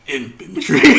Infantry